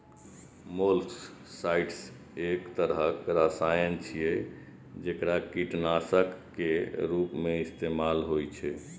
molluscicides एक तरहक रसायन छियै, जेकरा कीटनाशक के रूप मे इस्तेमाल होइ छै